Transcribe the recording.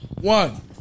One